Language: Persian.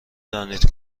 دانید